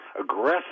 aggressive